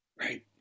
Right